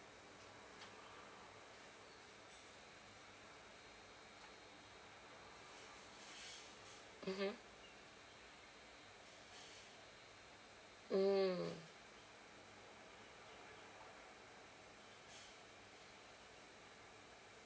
mmhmm mm